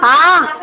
ହଁ